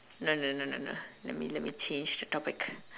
no no no no no let me let me change the topic